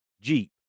Jeep